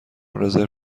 رزرو